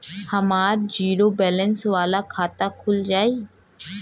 हमार zero balance वाला खाता खुल जाई?